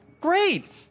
Great